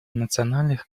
национальных